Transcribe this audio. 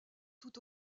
tout